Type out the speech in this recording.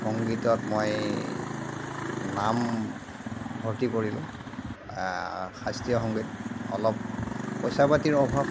সংগীতত মই নাম ভৰ্তি কৰিলোঁ শাস্ত্ৰীয় সংগীত অলপ পইচা পাতিৰ অভাৱ